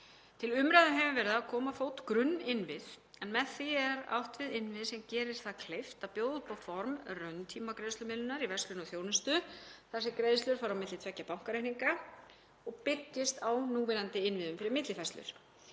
Til umræðu hefur verið að koma á fót grunninnviðum en með því er átt við innviði sem gera það kleift að bjóða form rauntímagreiðslumiðlunar í verslun og þjónustu þar sem greiðslur fara á milli tveggja bankareikninga og byggist á núverandi innviðum fyrir millifærslur.